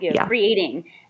creating